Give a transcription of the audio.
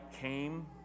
came